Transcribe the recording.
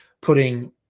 putting